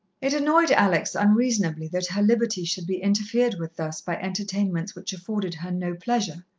it annoyed alex unreasonably that her liberty should be interfered with thus by entertainments which afforded her no pleasure.